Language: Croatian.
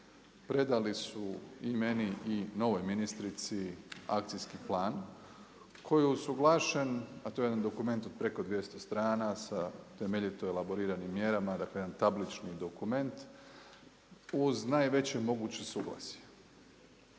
predali su i meni i novoj ministrici akcijski plan koji je usuglašen, a to je jedan dokument od preko 200 strana, sa temeljito elaboriranim mjerama, dakle jedan tablični dokument, uz najveće moguće suglasje.